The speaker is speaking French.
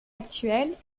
actuels